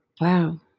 Wow